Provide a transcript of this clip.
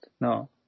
no